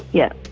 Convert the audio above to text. yep.